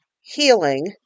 healing